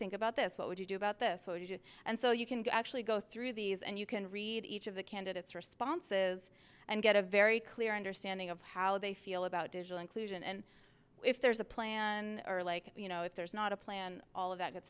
think about this what would you do about this what did you and so you can actually go through these and you can read each of the candidates responses and get a very clear understanding of how they feel about digital inclusion and if there's a plan or like you know if there's not a plan all of that